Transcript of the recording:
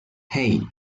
hey